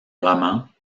romans